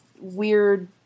weird